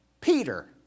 Peter